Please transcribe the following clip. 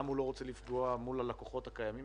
הוא גם לא רוצה לפגוע בעצמו מול הלקוחות הקיימים